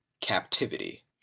Captivity